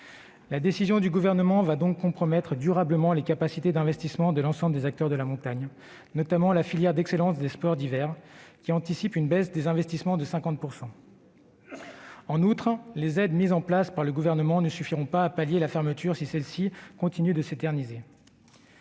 La décision du Gouvernement va donc compromettre durablement les capacités d'investissement de l'ensemble des acteurs de la montagne. La filière d'excellence des sports d'hiver anticipe une baisse des investissements de 50 %. En outre, les aides mises en place par le Gouvernement ne suffiront pas à pallier les difficultés liées à la fermeture